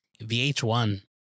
VH1